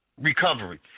recovery